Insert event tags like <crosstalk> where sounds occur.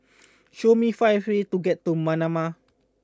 <noise> show me five ways to get to Manama